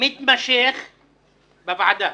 ומתמשך בוועדה,